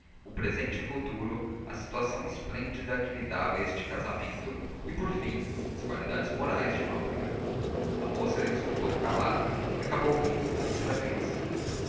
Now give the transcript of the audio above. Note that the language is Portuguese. o presente e o futuro a situação esplêndida que lhe dava este casamento e por fim as qualidades morais de nóbrega a moça escutou calada e acabou rindo outra vez